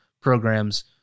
program's